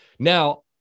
Now